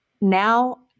now